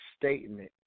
statement